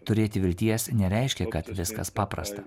turėti vilties nereiškia kad viskas paprasta